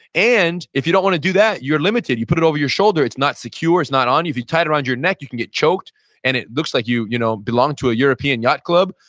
and if you don't want to do that, you are limited you put it over your shoulder, it's not secure, it's not on you, if you tied around your neck you can get choked and it looks like you you know belong to a european yacht club.